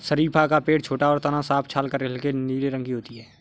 शरीफ़ा का पेड़ छोटा और तना साफ छाल हल्के नीले रंग की होती है